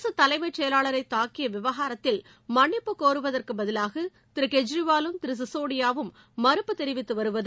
அரசு தலைமைச் செயலாளரை தாக்கிய விவகாரத்தில் மன்னிப்புக் கோருவதற்குப் பதிவாக திரு கெஜ்ரிவாலும் திரு சிசோடியாவும் மறுப்பு தெரிவித்து வருவது